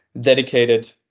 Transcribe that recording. dedicated